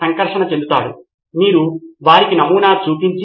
professor నేను స్వీయ మూల్యాంకన పరీక్షలతో కొన్ని ప్లాట్ఫారమ్లను చూశాను